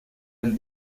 del